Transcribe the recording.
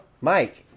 Mike